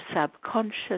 subconscious